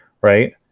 right